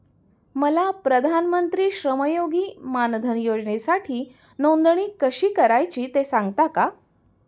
मला प्रधानमंत्री श्रमयोगी मानधन योजनेसाठी नोंदणी कशी करायची ते सांगता का?